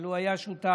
אבל הוא היה שותף